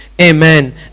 Amen